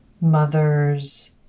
mothers